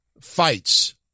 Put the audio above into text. fights